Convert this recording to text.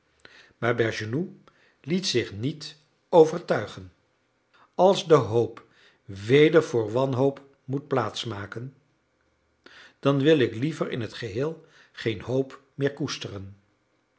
liet zich niet overtuigen als de hoop weder voor wanhoop moet plaats maken dan wil ik liever in het geheel geen hoop meer koesteren